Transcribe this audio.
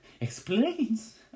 Explains